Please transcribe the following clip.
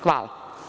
Hvala.